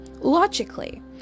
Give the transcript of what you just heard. logically